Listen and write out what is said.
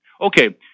Okay